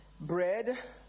bread